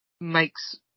makes